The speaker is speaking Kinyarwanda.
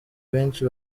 benshi